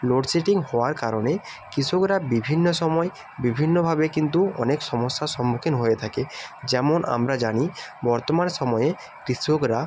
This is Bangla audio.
লোডসেডিং হওয়ার কারণে কিষকরা বিভিন্ন সময় বিভিন্নভাবে কিন্তু অনেক সমস্যার সম্মুখীন হয়ে থাকে যেমন আমরা জানি বর্তমান সময়ে কৃষকরা